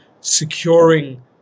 securing